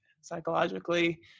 psychologically